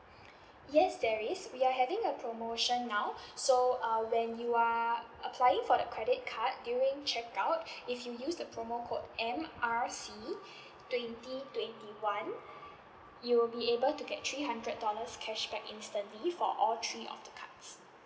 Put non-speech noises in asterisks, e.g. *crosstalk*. yes there is we are having a promotion now *breath* so uh when you are applying for the credit card during checkout *breath* if you use the promo code M R C *breath* twenty twenty one you will be able to get three hundred dollars cashback instantly for all three of the cards